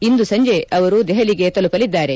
ಇಂದು ಸಂಜೆ ಅವರು ದೆಹಲಿಗೆ ತಲುಪಲಿದ್ದಾರೆ